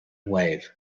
wave